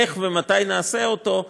איך ומתי נעשה אותו?